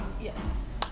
Yes